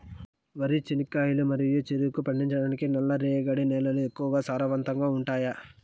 వరి, చెనక్కాయలు మరియు చెరుకు పండించటానికి నల్లరేగడి నేలలు ఎక్కువగా సారవంతంగా ఉంటాయా?